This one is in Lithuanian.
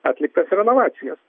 atliktas renovacijas